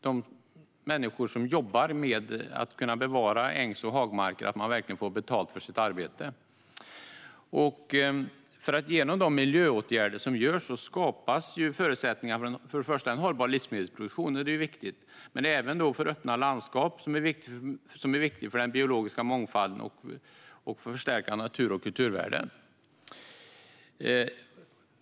De människor som jobbar med att bevara ängs och hagmarker måste verkligen få betalt för sitt arbete. Genom de miljöåtgärder som görs skapas förutsättningar för först och främst en hållbar livsmedelsproduktion, vilket är viktigt. Men det skapas även öppna landskap som är viktiga för den biologiska mångfalden och för att förstärka natur och kulturvärden.